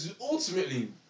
ultimately